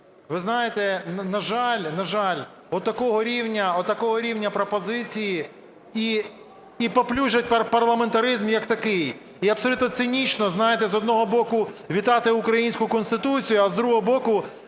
Ви знаєте, на жаль, отакого рівня пропозиції і паплюжать парламентаризм як такий. І абсолютно цинічно, знаєте, з одного боку, вітати українську Конституцію, а з другого боку,